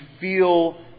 feel